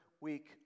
week